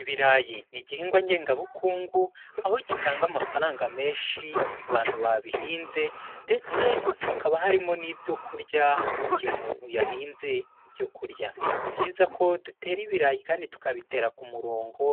Ibirayi ni igihingwa ngengabukungu aho gitanga amafaranga menshi ku bantu babihinze ndetse hakaba harimo n'ibyo kurya igihe umuntu yahinze ibyo kurya, ni byiza ko dutera ibirayi kandi tukabitera ku murongo,